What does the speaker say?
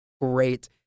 great